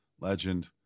Legend